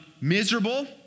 miserable